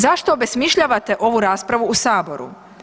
Zašto obesmišljavate ovu raspravu u Saboru?